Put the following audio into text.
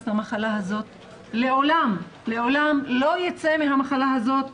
למחלה הזאת לעולם לא תצא מהמחלה הזאת